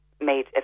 made